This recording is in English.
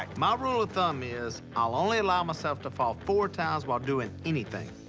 like my rule of thumb is i'll only allow myself to fall four times while doing anything.